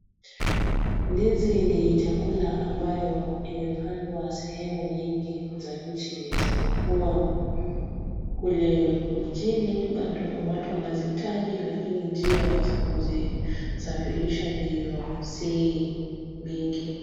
Ndizi ni chakula ambayo imepandwa sehemu nyingi za nchi ijapokuwa, kule nchini bado watu wanazihitaji lakini njia za kuzisafirisha ndio si mingi.